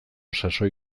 sasoi